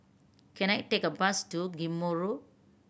can I take a bus to Ghim Moh Road